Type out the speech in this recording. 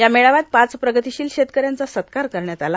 यामेळाव्यात पाच प्रगतिशील शेतकऱ्यांचा सत्कार करण्यात आला